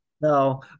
no